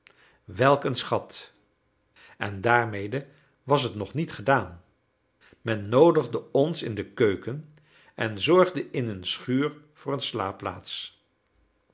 een schat en daarmede was het nog niet gedaan men noodigde ons in de keuken en zorgde in een schuur voor een slaapplaats